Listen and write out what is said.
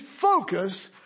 focus